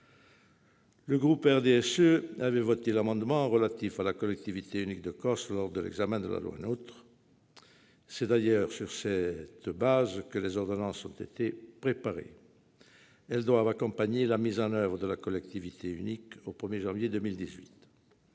le groupe du RDSE avait voté l'amendement relatif à la collectivité unique de Corse lors de l'examen de la loi NOTRe. C'est sur cette base que les ordonnances, qui doivent accompagner la mise en oeuvre de la collectivité unique au 1 janvier 2018,